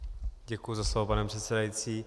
Děkuji za slovo, pane předsedající.